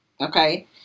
okay